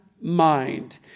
mind